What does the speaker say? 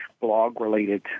blog-related